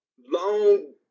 long